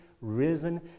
risen